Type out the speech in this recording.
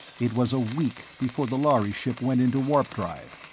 it was a week before the lhari ship went into warp-drive,